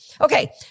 Okay